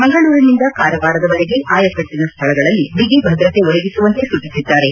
ಮಂಗಳೂರಿನಿಂದ ಕಾರವಾರದವರೆಗೆ ಆಯಕಟ್ಟಿನ ಸ್ಥಳಗಳಲ್ಲಿ ಬಿಗಿ ಭದ್ರತೆ ಒದಗಿಸುವಂತೆ ಸೂಚಿಸಿದ್ದಾರೆ